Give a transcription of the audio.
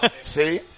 See